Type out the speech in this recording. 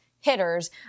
hitters